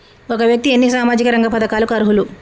ఒక వ్యక్తి ఎన్ని సామాజిక రంగ పథకాలకు అర్హులు?